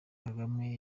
kagame